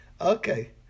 Okay